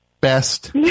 Best